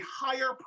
higher